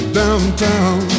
downtown